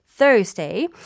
Thursday